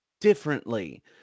differently